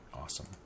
awesome